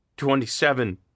Twenty-seven